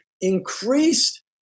increased